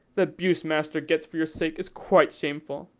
the abuse master gets for your sake is quite shameful.